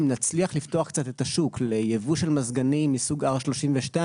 אם נצליח לפתוח קצת את השוק לייבוא של מזגנים מסוג R32,